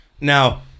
Now